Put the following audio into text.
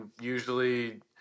usually